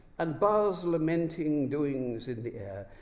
and buzz lamenting doings and